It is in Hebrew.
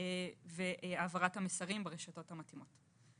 והעברת המסרים ברשתות המתאימות.